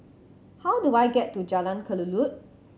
how do I get to Jalan Kelulut